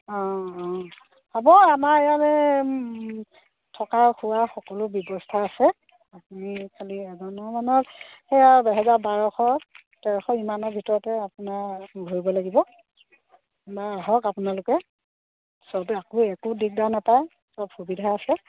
অঁ অঁ হ'ব আমাৰ ইয়াতে থকা খোৱা সকলো ব্যৱস্থা আছে আপুনি খালি এজনৰ মানৰ সেয়া এহেজাৰ বাৰশ তেৰশ ইমানৰ ভিতৰতে আপোনাৰ ভৰিব লাগিব বাৰু আহক আপোনালোকে সবে আকো একো দিগদাৰ নাপায় সব সুবিধা আছে